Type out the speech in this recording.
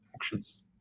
actions